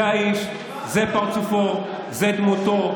זה האיש, זה פרצופו, זאת דמותו,